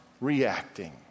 reacting